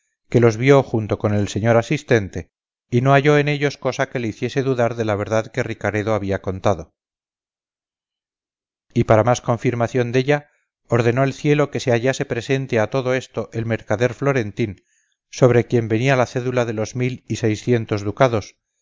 que los vio junto con el señor asistente y no halló en ellos cosa que le hiciese dudar de la verdad que ricaredo había contado y para más confirmación della ordenó el cielo que se hallase presente a todo esto el mercader florentín sobre quien venía la cédula de los mil y seiscientos ducados